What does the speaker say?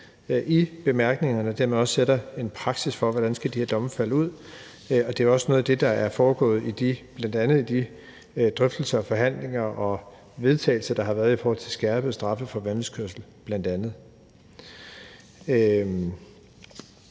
og dermed også sætter en praksis for, hvordan de her domme skal falde ud. Det er også noget af det, der bl.a. er foregået i de drøftelser og forhandlinger og vedtagelser, der har været i forhold til skærpede straffe for vanvidskørsel.